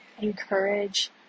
encourage